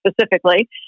specifically